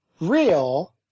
real